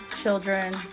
children